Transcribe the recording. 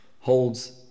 holds